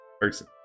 person